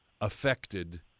affected